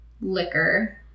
liquor